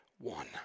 one